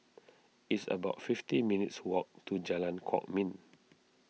it's about fifty minutes' walk to Jalan Kwok Min